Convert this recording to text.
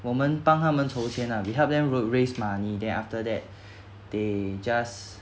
我们帮他们筹先 ah we help them ro~ raise money then after that they just